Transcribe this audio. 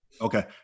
Okay